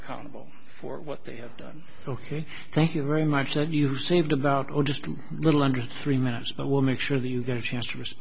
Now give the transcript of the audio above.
accountable for what they have done ok thank you very much that you saved about just a little under three minutes but we'll make sure that you get a chance to r